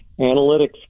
analytics